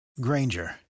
Granger